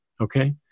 Okay